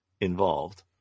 involved